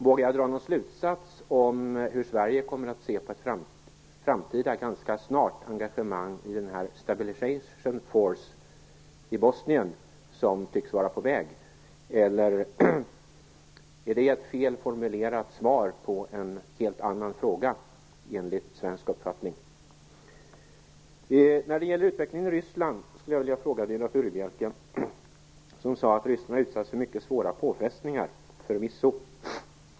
Vågar jag dra någon slutsats om hur Sverige kommer att se på ett engagemang ganska snart i den Stabilization Force i Bosnien som tycks vara på väg, eller är det enligt svensk uppfattning ett felaktigt formulerat svar på en helt annan fråga? När det gäller utvecklingen i Ryssland sade Viola Furubjelke att Ryssland har utsatts för mycket svåra påfrestningar. Förvisso.